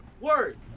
Words